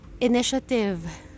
initiative